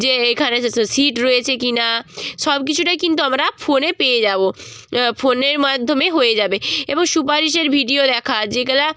যে এখানে সিট রয়েছে কি না সব কিছুটাই কিন্তু আমরা ফোনে পেয়ে যাব ফোনের মাধ্যমে হয়ে যাবে এবং সুপারিশের ভিডিও দেখা যেগুলো